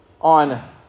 on